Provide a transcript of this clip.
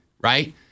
right